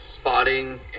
spotting